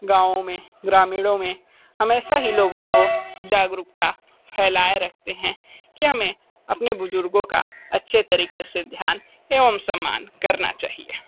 गाँव में ग्रामीणों में हमेशा ही लोगों को जागरूकता फैलाये रखते हैं कि हमें अपने बुजुर्गों का अच्छे तरीके से ध्यान एवं सम्मान करना चाहिए